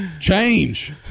change